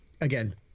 again